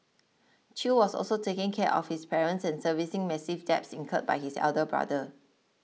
Chew was also taking care of his parents and servicing massive debts incurred by his elder brother